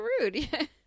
rude